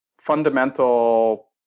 fundamental